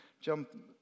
jump